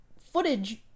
footage